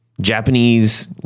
Japanese